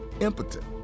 impotent